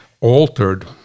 altered